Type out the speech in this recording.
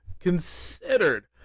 considered